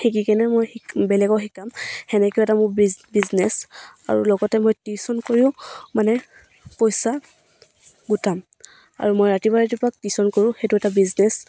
শিকি কেনে মই শিক বেলেগক শিকাম তেনেকৈৈও এটা মোৰ বিজ বিজনেছ আৰু লগতে মই টিউশ্যন কৰিও মানে পইচা গোটাম আৰু মই ৰাতিপুৱা ৰাতিপুৱা টিউশ্যন কৰোঁ সেইটো এটা বিজনেছ